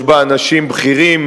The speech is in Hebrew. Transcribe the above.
יש בה אנשים בכירים,